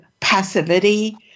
passivity